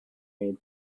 made